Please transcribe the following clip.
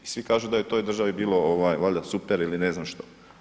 I svi kažu da je u toj državi bilo ovaj valjda super ili ne znam što.